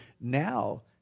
now